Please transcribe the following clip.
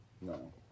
No